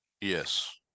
Yes